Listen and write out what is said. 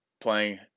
playing